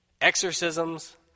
exorcisms